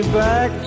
back